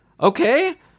Okay